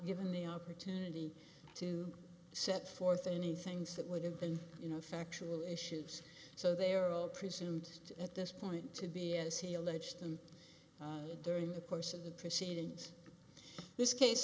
given the opportunity to set forth any things that would have been you know factual issues so they're all presumed at this point to be as he alleged and during the course of the proceedings this case